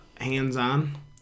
hands-on